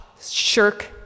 Shirk